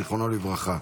זיכרונו לברכה.